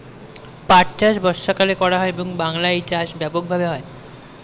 পাট চাষ বর্ষাকালে করা হয় এবং বাংলায় এই চাষ ব্যাপক ভাবে হয়